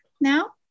now